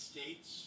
States